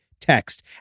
text